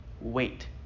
wait